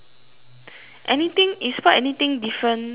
anything you spot anything different on your